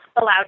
allowed